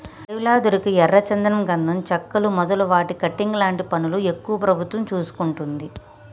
అడవిలా దొరికే ఎర్ర చందనం గంధం చెక్కలు మొదలు వాటి కటింగ్ లాంటి పనులు ఎక్కువ ప్రభుత్వం చూసుకుంటది